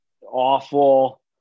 Awful